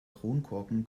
kronkorken